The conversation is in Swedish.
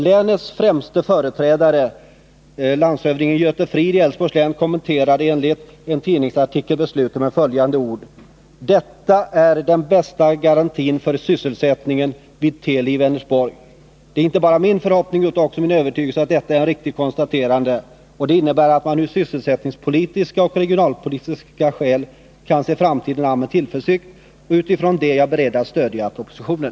Länets främste företrädare, landshövding Göte Frid i Älvsborgs län, kommenterade enligt en tidningsartikel beslutet med följande ord: Detta är den bästa garantin för sysselsättningen vid Teli i Vänersborg. Det är inte bara min förhoppning utan också min övertygelse att detta är ett riktigt konstaterande. Det innebär att man ur sysselsättningspolitiska och regionalpolitiska synpunkter kan se framtiden an med tillförsikt, och utifrån det är jag beredd att stödja propositionen.